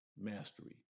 mastery